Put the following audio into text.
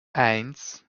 eins